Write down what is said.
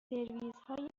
سرویسهای